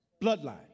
bloodline